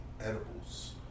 edibles